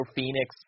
Phoenix